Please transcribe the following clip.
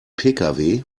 pkw